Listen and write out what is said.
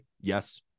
Yes